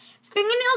fingernails